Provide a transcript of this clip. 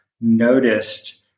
noticed